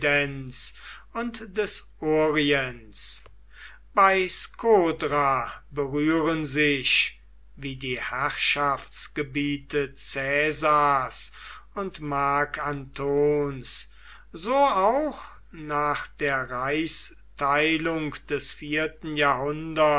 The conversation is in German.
und des orients bei skodra berühren sich wie die herrschaftsgebiete caesars und marc antons so auch nach der reichsteilung des vierten jahrhunderts